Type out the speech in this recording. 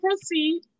Proceed